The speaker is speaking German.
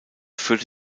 führte